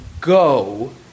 go